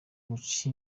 guca